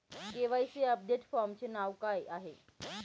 KYC update फॉर्मचे नाव काय आहे?